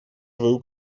свою